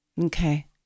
Okay